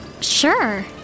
Sure